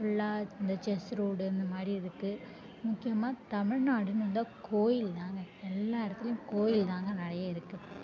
ஃபுல்லாக இந்த செஸ்ஸு ரோடு இந்த மாதிரி இருக்கு முக்கியமாக தமிழ்நாடுன்னு வந்தா கோயில் தாங்க எல்லா இடத்துலியும் கோயில் தாங்க நிறைய இருக்கு